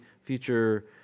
future